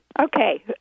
Okay